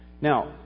Now